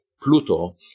Pluto